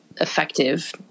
effective